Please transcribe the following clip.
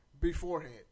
beforehand